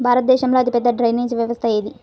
భారతదేశంలో అతిపెద్ద డ్రైనేజీ వ్యవస్థ ఏది?